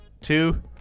Two